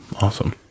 Awesome